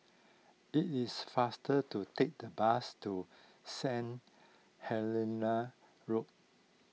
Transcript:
it is faster to take the bus to Saint Helena Road